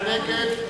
מי נגד,